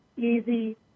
easy